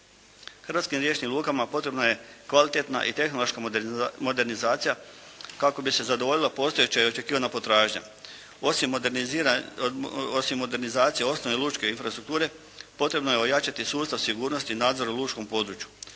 Hrvatskim riječnim lukama potrebna je kvalitetna i tehnološka modernizacija kako bi se zadovoljila postojeća i očekivana potražnja. Osim modernizacije osnovne lučke infrastrukture potrebno je ojačati sustav sigurnosti nadzora u lučkom području.